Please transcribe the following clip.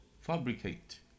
fabricate